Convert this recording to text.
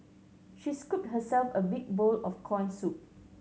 she scooped herself a big bowl of corn soup